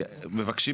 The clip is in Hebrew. מבקשים,